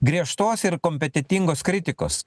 griežtos ir kompetentingos kritikos